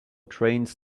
trains